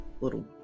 little